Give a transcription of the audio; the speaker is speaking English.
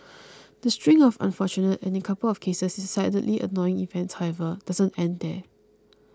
the string of unfortunate and in a couple of cases decidedly annoying events however doesn't end there